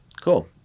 cool